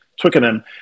Twickenham